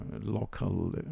local